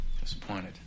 Disappointed